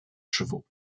chevaux